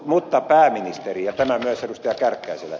mutta pääministeri ja tämä myös ed